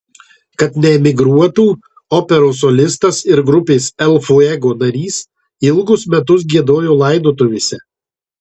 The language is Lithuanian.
kad neemigruotų operos solistas ir grupės el fuego narys ilgus metus giedojo laidotuvėse